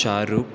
चारूक